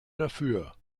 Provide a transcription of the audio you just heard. dafür